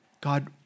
God